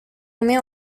nommée